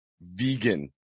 vegan